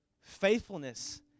Faithfulness